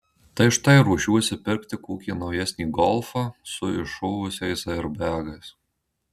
tai štai ruošiuosi pirkti kokį naujesnį golfą su iššovusiais airbegais